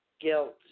Guilt